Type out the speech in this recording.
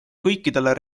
kõikidele